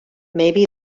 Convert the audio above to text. maybe